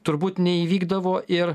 turbūt neįvykdavo ir